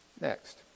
Next